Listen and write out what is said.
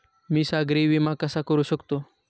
मी सागरी विमा कसा करू शकतो?